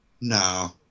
no